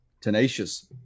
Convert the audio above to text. tenacious